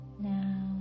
Now